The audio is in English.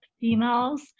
females